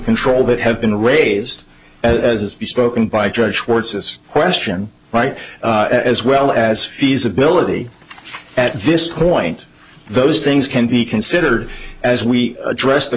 control that have been raised as spoken by judge words this question right as well as feasibility at this point those things can be considered as we address the